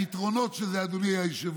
היתרונות של זה, אדוני היושב-ראש: